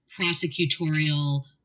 prosecutorial